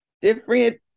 Different